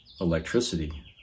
electricity